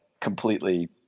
completely